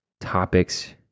topics